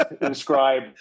describe